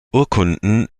urkunden